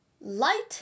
light